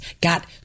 got